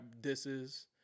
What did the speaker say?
disses